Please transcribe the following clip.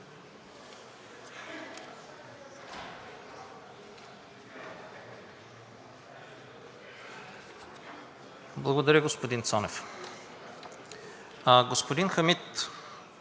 Благодаря, господин Цонев. Господин Хамид,